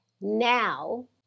Now